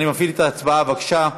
אני מפעיל את ההצבעה, בבקשה.